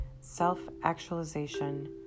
self-actualization